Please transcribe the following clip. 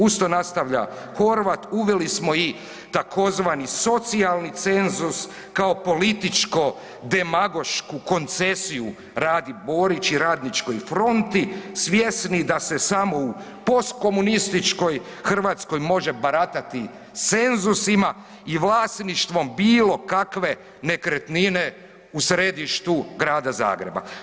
Uz to nastavlja Horvat, uveli smo i tzv. socijalni cenzus kao političko demagošku koncesiju Radi Borić i Radničkoj fronti svjesni da se samo u postkomunističkoj Hrvatskoj može baratati senzusima i vlasništvom bilo kakve nekretnine u središtu Gradu Zagreba.